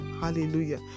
hallelujah